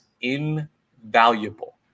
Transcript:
invaluable